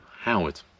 Howard